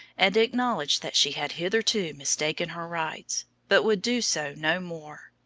and acknowledge that she had hitherto mistaken her rights, but would do so no more.